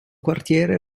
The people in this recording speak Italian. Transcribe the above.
quartiere